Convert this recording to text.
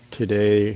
today